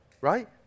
right